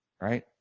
right